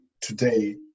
today